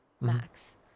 max